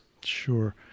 Sure